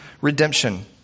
redemption